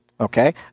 Okay